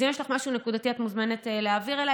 אז אם יש לך משהו נקודתי, את מוזמנת להעביר אליי.